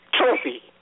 trophy